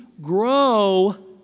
grow